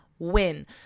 Win